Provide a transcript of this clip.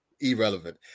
Irrelevant